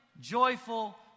joyful